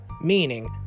meaning